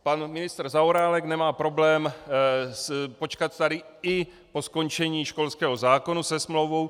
Pan ministr Zaorálek nemá problém počkat tady i po skončení školského zákona se smlouvou.